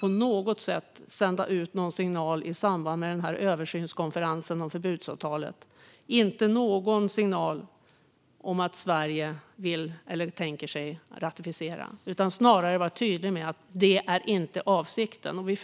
på något sätt sända ut någon signal i samband med översynskonferensen om förbudsavtalet om att Sverige vill eller kan tänka sig att ratificera. Snarare ska vi vara tydliga med att det inte är avsikten.